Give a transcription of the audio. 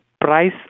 price